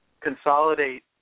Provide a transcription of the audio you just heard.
consolidate